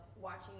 watching